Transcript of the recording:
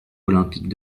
olympiques